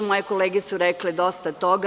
Moje kolege su rekle dosta toga.